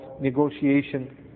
negotiation